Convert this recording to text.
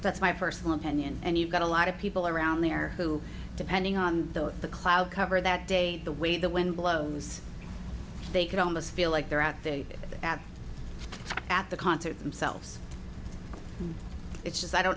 that's my personal opinion and you've got a lot of people around there who depending on the cloud cover that day the way the wind blows they could almost feel like they're out there at at the concert themselves it's just i don't